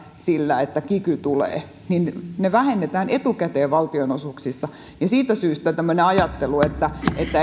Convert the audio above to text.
sillä että kiky tulee niin vähennetään etukäteen valtionosuuksia niin siitä syystä tämmöinen ajattelu että